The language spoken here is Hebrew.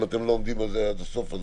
אם אתם לא עומדים על זה עד הסוף אז